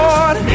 Lord